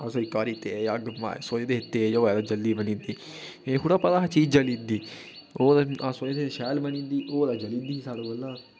असें इक बार अग्ग सोचदे हे तेज होए ते जल्दी बनी अंदी एह् थ्हो़ड़ा पता हा चीज जली जंदी ओह् अस सोचदे हे शैल बनी जंदी ओह् ते जली जंदी ही साढ़े कोला